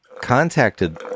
contacted